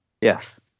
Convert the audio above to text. Yes